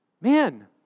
man